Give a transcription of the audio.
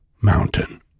Mountain